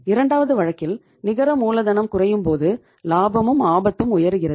இரண்டாவது வழக்கில் நிகர மூலதனம் குறையும்போது லாபமும் ஆபத்தும் உயருகிறது